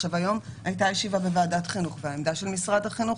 היום הייתה ישיבה בוועדת החינוך והעמדה של משרד החינוך